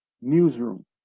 newsroom